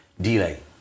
Delay